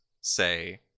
say